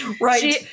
Right